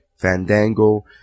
fandango